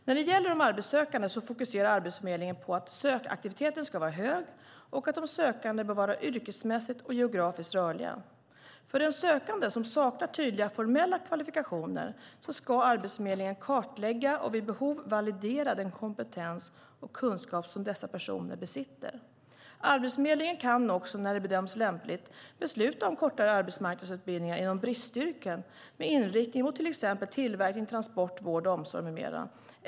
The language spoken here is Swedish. När det gäller de arbetssökande fokuserar Arbetsförmedlingen på att sökaktiviteten ska vara hög och att de sökande bör vara yrkesmässigt och geografiskt rörliga. För den sökande som saknar tydliga formella kvalifikationer ska Arbetsförmedlingen kartlägga och vid behov validera den kompetens och kunskap som dessa personer besitter. Arbetsförmedlingen kan också, när så bedöms lämpligt, besluta om kortare arbetsmarknadsutbildningar inom bristyrken med inriktning mot tillverkning, transport, vård och omsorg med mera.